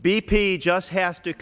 b p just has to